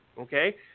okay